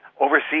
overseas